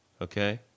okay